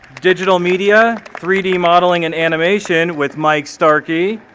digital media, three d modeling and animation with mike starkey.